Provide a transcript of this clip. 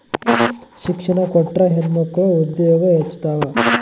ಶಿಕ್ಷಣ ಕೊಟ್ರ ಹೆಣ್ಮಕ್ಳು ಉದ್ಯೋಗ ಹೆಚ್ಚುತಾವ